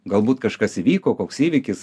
galbūt kažkas įvyko koks įvykis